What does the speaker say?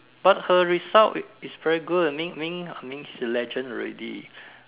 but her result is very good mean mean mean she's a legend already